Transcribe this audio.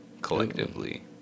collectively